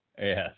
yes